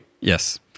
Yes